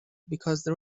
because